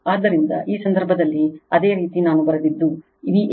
ಆದ್ದರಿಂದ ಈ ಸಂದರ್ಭದಲ್ಲಿ ಅದೇ ರೀತಿ ನಾನು ಬರೆದದ್ದು Vab Van Vbn